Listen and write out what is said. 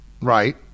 Right